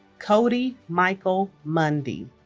cody michael mundy